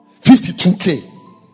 52K